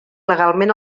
legalment